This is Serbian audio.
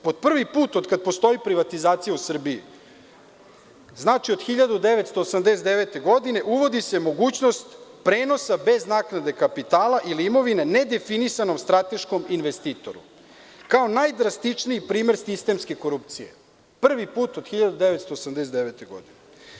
Po prvi put od kad postoji privatizacija u Srbiji, znači od 1989. godine, uvodi se mogućnost prenosa bez naknade kapitala ili imovine nedefinisanom strateškom investitoru, kao najdrastičniji primer sistemske korupcije, prvi put od 1989. godine.